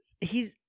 He's-